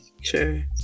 Sure